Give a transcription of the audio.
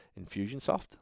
Infusionsoft